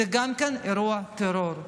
גם זה אירוע טרור.